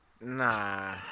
Nah